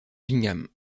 bingham